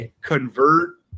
convert